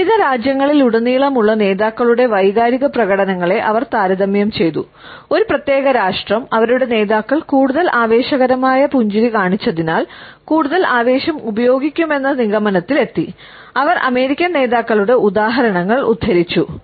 വിവിധ രാജ്യങ്ങളിലുടനീളമുള്ള നേതാക്കളുടെ വൈകാരിക പ്രകടനങ്ങളെ അവർ താരതമ്യം ചെയ്തു ഒരു പ്രത്യേക രാഷ്ട്രം അവരുടെ നേതാക്കൾ കൂടുതൽ ആവേശകരമായ പുഞ്ചിരി കാണിച്ചതിനാൽ കൂടുതൽ ആവേശം ഉപയോഗിക്കുമെന്ന നിഗമനത്തിലെത്തി അവർ അമേരിക്കൻ നേതാക്കളുടെ ഉദാഹരണങ്ങൾ ഉദ്ധരിച്ചു